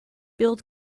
build